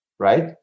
Right